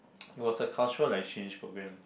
it was a cultural exchange programme